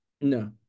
No